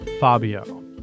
Fabio